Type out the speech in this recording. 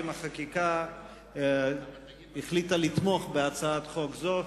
לחקיקה החליטה לתמוך בהצעת החוק הזאת,